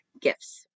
gifts